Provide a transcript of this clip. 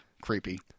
Creepy